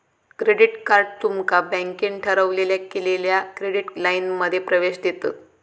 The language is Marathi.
क्रेडिट कार्ड तुमका बँकेन ठरवलेल्या केलेल्या क्रेडिट लाइनमध्ये प्रवेश देतत